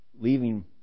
leaving